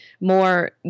more